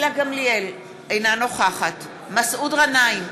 אינה נוכחת מסעוד גנאים,